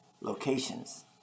locations